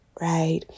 right